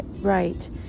right